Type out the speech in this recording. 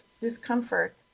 discomfort